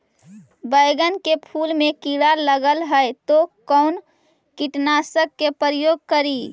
बैगन के फुल मे कीड़ा लगल है तो कौन कीटनाशक के प्रयोग करि?